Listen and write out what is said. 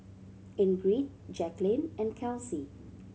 Ingrid Jacqueline and Kelsea